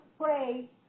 pray